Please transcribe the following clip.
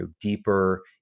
deeper